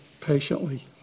patiently